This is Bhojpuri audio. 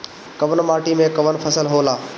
कवन माटी में कवन फसल हो ला?